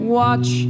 watch